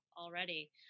already